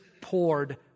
poured